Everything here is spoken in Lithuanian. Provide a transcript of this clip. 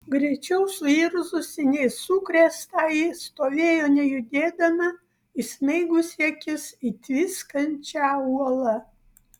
greičiau suirzusi nei sukrėstąjį stovėjo nejudėdama įsmeigusi akis į tviskančią uolą